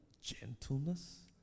gentleness